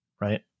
Right